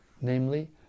namely